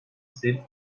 eseri